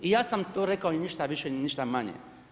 I ja sam to rekao i ništa više ni ništa manje.